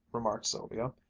remarked sylvia,